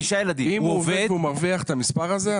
אם הוא עובד ומרוויח את הסכום הזה,